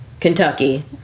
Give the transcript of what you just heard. Kentucky